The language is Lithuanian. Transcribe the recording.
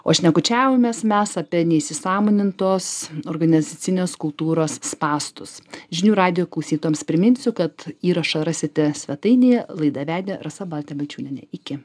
o šnekučiavomės mes apie neįsisąmonintos organizacinės kultūros spąstus žinių radijo klausytojams priminsiu kad įrašą rasite svetainėje laidą vedė rasa baltė balčiūnienė iki